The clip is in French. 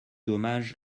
hommage